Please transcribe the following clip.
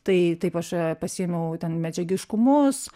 tai taip aš pasiėmiau ten medžiagiškumus